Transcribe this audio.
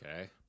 Okay